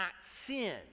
sin